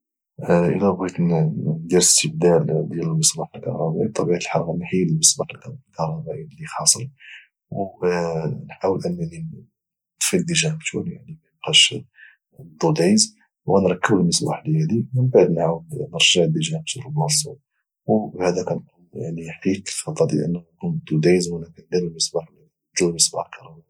الا بغيت ندير الاستبدال ديال المصباح الكهربائي بطبيعه الحال المصباح الكهربائي اللي خاسر ونحاول انني نطفي الديجانكتور يعني ما يبقاش الضوء دايز وغانركب المصباح ديالي من بعد نعاود نرجع الديجانكتور لبلاصته وبعدا كانكون حيدت الخطر الا كان الضوء دايزوانا كاندير كانبدل المصباح الكهربائي